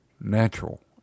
natural